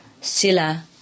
sila